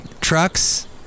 trucks